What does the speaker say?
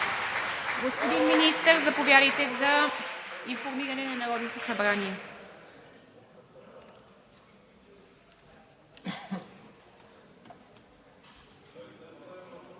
Господин Министър, заповядайте за информиране на Народното събрание.